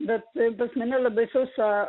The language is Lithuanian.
bet pas mane labai sausa